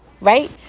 right